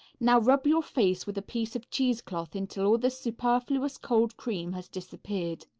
now rub your face with a piece of cheesecloth until all the superfluous cold cream has disappeared.